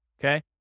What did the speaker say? Okay